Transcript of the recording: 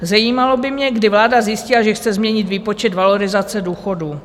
Zajímalo by mě, kdy vláda zjistila, že chce změnit výpočet valorizace důchodů.